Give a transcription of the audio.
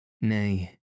Nay